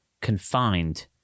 confined